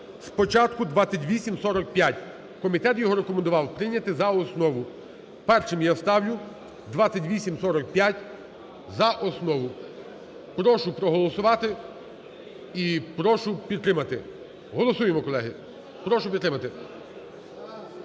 спочатку 2845. Комітет його рекомендував прийняти за основу. Першим я ставлю 2845 за основу. Прошу проголосувати і прошу підтримати. Голосуємо, колеги. Прошу підтримати.